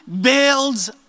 builds